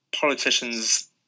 politicians